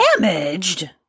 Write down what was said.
Damaged